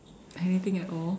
anything at all